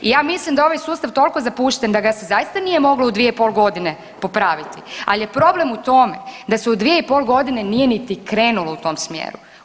I ja mislim da je ovaj sustav toliko zapušten da ga se zaista nije moglo u 2,5 godine popraviti, ali je problem u tome da se u 2,5 godine nije niti krenulo u tom smjeru.